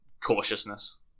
cautiousness